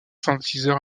synthétiseurs